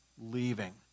leaving